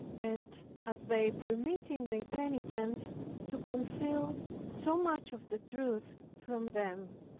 and at their permitting their penitents to conceal so much of the truth from them.